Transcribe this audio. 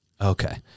Okay